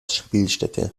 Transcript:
spielstätte